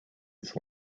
its